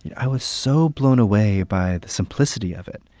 i was so blown away by the simplicity of it,